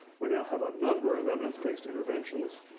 we know have a number of evidence based interventions.